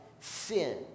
sin